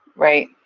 right.